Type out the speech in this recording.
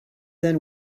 then